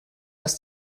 dass